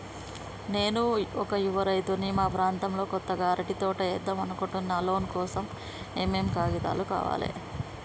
నేను ఒక యువ రైతుని మా ప్రాంతంలో కొత్తగా అరటి తోట ఏద్దం అనుకుంటున్నా లోన్ కోసం ఏం ఏం కాగితాలు కావాలే?